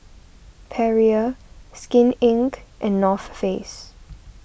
Perrier Skin Inc and North Face